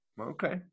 Okay